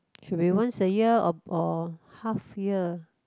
should be once a year or or half year